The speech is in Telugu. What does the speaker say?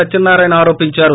ప్రత్యనారాయణ ఆరోపించారు